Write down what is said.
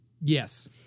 Yes